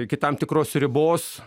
iki tam tikros ribos